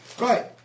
Right